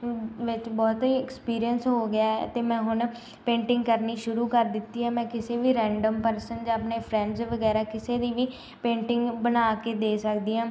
ਵਿੱਚ ਬਹੁਤ ਹੀ ਐਕਸਪੀਰੀਅਸ ਹੋ ਗਿਆ ਅਤੇ ਮੈਂ ਹੁਣ ਪੇਂਟਿੰਗ ਕਰਨੀ ਸ਼ੁਰੂ ਕਰ ਦਿੱਤੀ ਹੈ ਮੈਂ ਕਿਸੇ ਵੀ ਰੈਂਡਮ ਪਰਸਨ ਜਾਂ ਆਪਣੇ ਫਰੈਂਡਸ ਵਗੈਰਾ ਕਿਸੇ ਦੀ ਵੀ ਪੇਂਟਿੰਗ ਬਣਾ ਕੇ ਦੇ ਸਕਦੀ ਹਾਂ